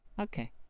Okay